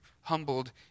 humbled